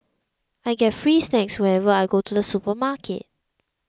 I get free snacks whenever I go to the supermarket